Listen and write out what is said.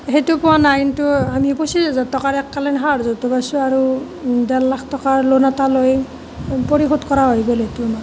সেইটো পোৱা নাই কিন্তু আমি পঁচিশ হাজাৰ টকাৰ এক কালীন সাহাৰ্য্যটো পাইছোঁ আৰু দেৰ লাখ টকাৰ লোণ এটা লৈ পৰিশোধ কৰা হৈ গ'ল সেইটো আমাৰ